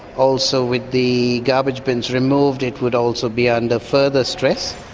also with the garbage bins removed it would also be under further stress.